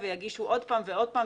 ויגישו עוד פעם ועוד פעם,